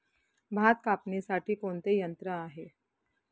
भात कापणीसाठी कोणते यंत्र आहे?